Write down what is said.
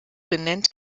benennt